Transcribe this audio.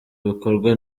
bikorwa